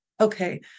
Okay